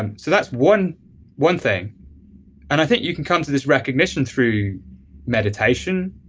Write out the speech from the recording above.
and so that's one one thing and i think you can come to this recognition through meditation,